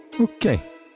Okay